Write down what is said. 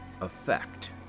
effect